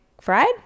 fried